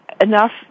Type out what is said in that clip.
enough